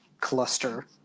cluster